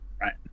right